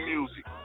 Music